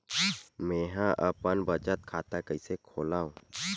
मेंहा अपन बचत खाता कइसे खोलव?